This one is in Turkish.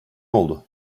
oldu